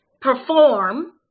perform